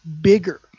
bigger